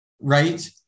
right